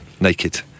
Naked